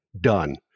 done